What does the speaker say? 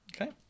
Okay